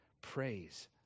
Praise